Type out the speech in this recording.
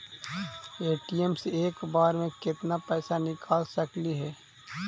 ATM से एक बार मे केत्ना पैसा निकल सकली हे?